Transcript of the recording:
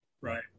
Right